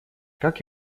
как